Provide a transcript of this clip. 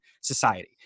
society